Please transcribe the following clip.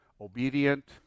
obedient